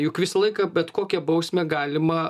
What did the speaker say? juk visą laiką bet kokią bausmę galima